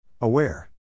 Aware